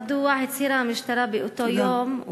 מדוע הצהירה המשטרה באותו יום,